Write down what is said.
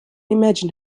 imagine